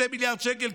2 מיליארד שקל,